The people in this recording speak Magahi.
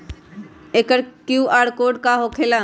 एकर कियु.आर कोड का होकेला?